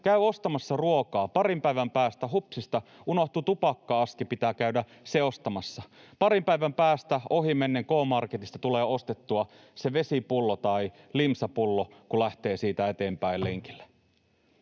käy ostamassa ruokaa, parin päivän päästä hupsista, unohtui tupakka-asti, pitää käydä se ostamassa. Parin päivän päästä ohimennen K-marketista tulee ostettua se vesipullo tai limsapullo, kun lähtee siitä eteenpäin lenkille.